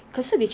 um